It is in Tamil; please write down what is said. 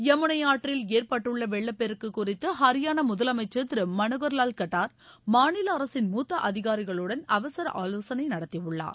யமுனை ஆற்றில் ஏற்பட்டுள்ள வெள்ளப்பெருக்கு குறித்து ஹரியானா முதலமைச்சர் திரு மனோகர்லால் கட்டார் மாநில அரசின் மூத்த அதிகாரிகளுடன் அவசர ஆலோசனை நடத்தியுள்ளார்